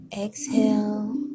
exhale